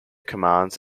commands